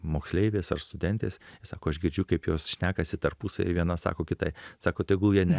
moksleivės ar studentės sako aš girdžiu kaip jos šnekasi tarpusavy viena sako kitai sako tegul jie ne